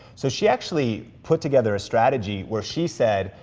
so she actually put together a strategy where she said,